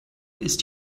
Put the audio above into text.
ist